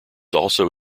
also